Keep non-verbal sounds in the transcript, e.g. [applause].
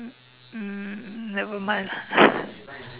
um never mind lah [breath]